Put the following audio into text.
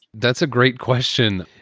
that's a great question.